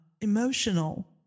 emotional